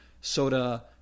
soda